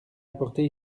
apporter